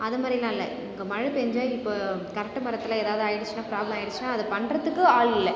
அதமாதிரிலாம் இல்லை இங்கே மழை பெஞ்சால் இப்போது கரண்ட்டு மரத்தில் ஏதாவது ஆயிடுச்சின்னா ப்ராப்லம் ஆயிடுச்சுன்னா அதை பண்ணுறதுக்கு ஆள் இல்லை